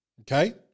Okay